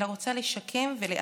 אלא רוצה לשקם ולאחות.